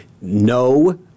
no